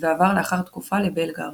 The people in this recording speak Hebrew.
ועבר לאחר תקופה לבלגרד.